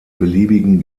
beliebigen